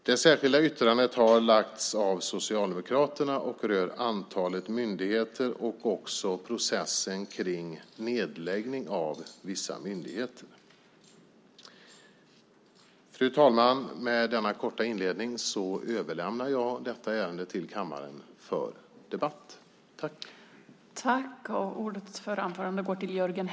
Det särskilda yttrandet har lagts av Socialdemokraterna och rör antalet myndigheter och processen kring nedläggning av vissa myndigheter. Fru talman! Med denna korta inledning överlämnar jag detta ärende till kammaren för debatt.